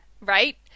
Right